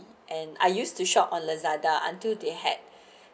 and I used to shop on lazada until they had